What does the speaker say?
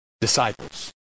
disciples